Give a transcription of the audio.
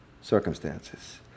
circumstances